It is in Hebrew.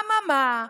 אממה,